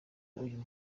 uyu